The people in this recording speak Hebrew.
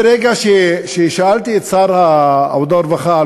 ברגע ששאלתי את שר העבודה והרווחה על